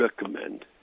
recommend